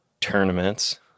tournaments